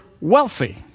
wealthy